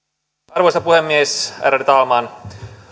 arvoisa puhemies ärade talman